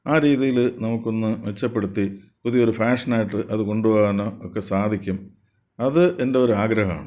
ആ രീതിയിൽ നമുക്കൊന്നു മെച്ചപ്പെടുത്തി പുതിയൊരു ഫാഷനായിട്ട് അതു കൊണ്ടു പോകാനോ ഒക്കെ സാധിക്കും അത് എൻറ്റൊരു ആഗ്രഹമാണ്